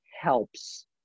helps